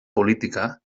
política